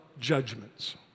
judgments